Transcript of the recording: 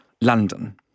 London